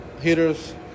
hitters